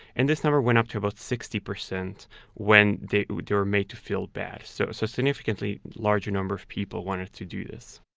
and this number went up to about sixty percent when they were made to feel bad so so significantly larger number of people wanted to do this